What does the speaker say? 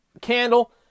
Candle